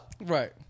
Right